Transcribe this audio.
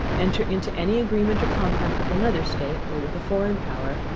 enter into any agreement or compact with another state, or with a foreign power,